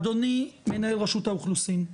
אדוני מנהל רשות האוכלוסין,